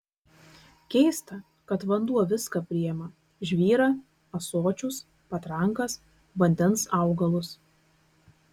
keista kad vanduo viską priima žvyrą ąsočius patrankas vandens augalus